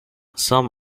some